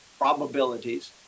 probabilities